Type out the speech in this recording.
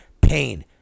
pain